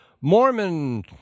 Mormon